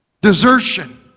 Desertion